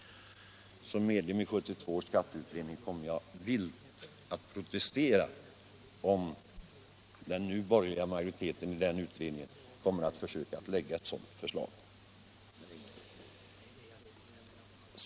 Som ledamot av 1972 års skatteutredning kommer jag att protestera vilt, om den nu borgerliga majoriteten i utredningen kommer att försöka att framlägga ett sådant förslag.